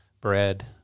bread